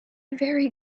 very